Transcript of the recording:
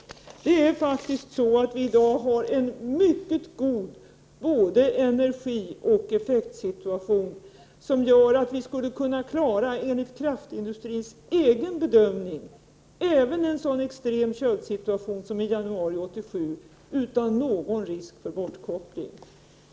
I dag har vi faktiskt en mycket god både energisituation och effektsituation, och detta gör att vi enligt kraftindustrins egen bedömning utan risk för bortkoppling skulle klara även en så extrem köldsituation som den i januari 1987.